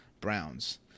Browns